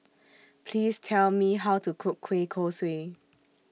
Please Tell Me How to Cook Kueh Kosui